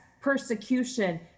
persecution